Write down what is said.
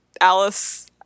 Alice